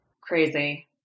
Crazy